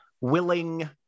willing